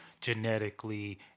genetically